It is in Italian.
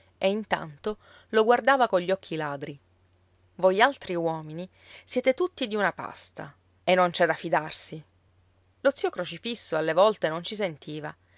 e intanto lo guardava cogli occhi ladri voi altri uomini siete tutti di una pasta e non c'è da fidarsi lo zio crocifisso alle volte non ci sentiva